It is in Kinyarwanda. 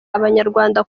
abanyarwanda